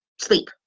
sleep